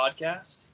Podcast